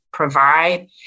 provide